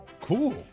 cool